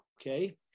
Okay